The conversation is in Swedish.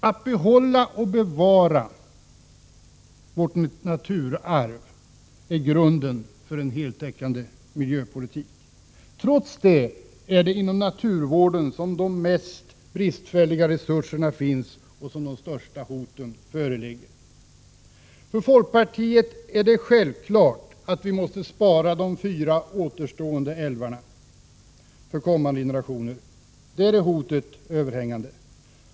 Att behålla och bevara vårt naturarv är grunden för en heltäckande miljöpolitik. Trots det är det inom naturvården som de största resursbristerna finns och som de största hoten föreligger. För folkpartiet är det självklart att vi måste spara de fyra återstående outbyggda älvarna för kommande generationer. Där är hotet överhängande.